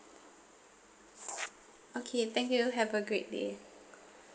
okay thank you have a great day